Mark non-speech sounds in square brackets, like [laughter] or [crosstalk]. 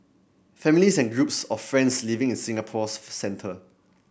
families and groups of friends living in Singapore's [unintelligible] centre